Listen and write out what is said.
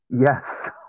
Yes